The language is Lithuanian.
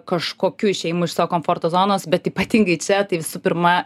kažkokiu išėjimu iš savo komforto zonos bet ypatingai čia tai visų pirma